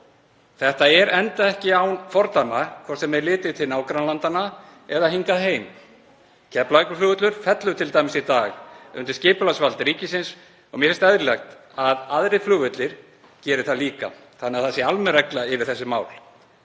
Þetta er enda ekki án fordæma, hvort sem litið er til nágrannalandanna eða hingað heim. Keflavíkurflugvöllur fellur t.d. í dag undir skipulagsvald ríkisins. Mér finnst eðlilegt að aðrir flugvellir geri það líka þannig að almenn regla sé um þessi mál